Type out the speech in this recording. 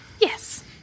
Yes